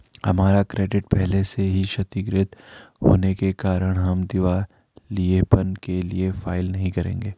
हमारा क्रेडिट पहले से ही क्षतिगृत होने के कारण हम दिवालियेपन के लिए फाइल नहीं करेंगे